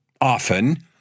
often